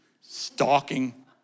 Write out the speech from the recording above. stalking